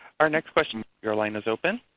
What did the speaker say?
our next question, your line is open.